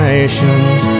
nations